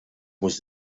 was